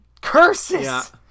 Curses